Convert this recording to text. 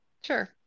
Sure